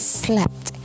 slept